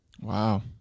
Wow